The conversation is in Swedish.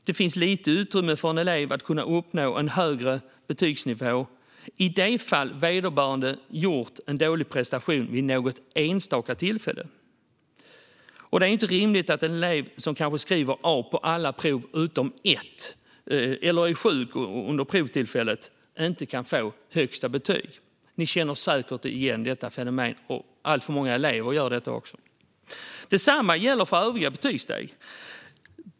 Det finns bara ett litet utrymme för en elev att kunna uppnå en högre betygsnivå i det fall vederbörande har gjort en dålig prestation vid något enstaka tillfälle. Det är inte rimligt att en elev som kanske skriver A på alla prov utom ett eller är sjuk vid provtillfället inte kan få högsta betyg. Ni känner säkert igen detta fenomen. Alltför många elever gör det. Detsamma gäller för övriga betygssteg.